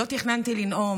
לא תכננתי לנאום,